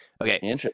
Okay